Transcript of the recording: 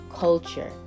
Culture